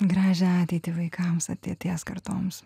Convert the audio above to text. gražią ateitį vaikams ateities kartoms